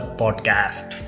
podcast